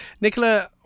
Nicola